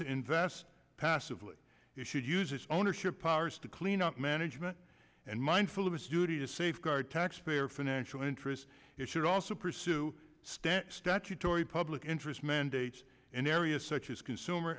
to invest passively it should use its ownership powers to clean up management and mindful of its duty to safeguard taxpayer financial interests it should also pursue stand statutory public interest mandates in areas such as consumer